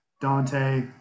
dante